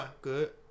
Good